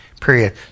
period